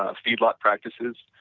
ah feed lot practices,